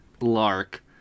Lark